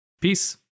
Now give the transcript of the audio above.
Peace